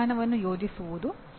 ಸೂಕ್ತ ವಿಧಾನವನ್ನು ಯೋಜಿಸುವುದು